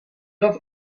dat